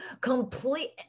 complete